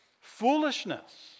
foolishness